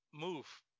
move